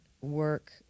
work